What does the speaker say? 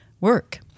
work